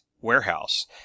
warehouse